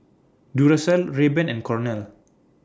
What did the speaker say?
Duracell Rayban and Cornell